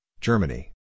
Germany